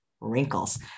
wrinkles